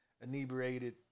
inebriated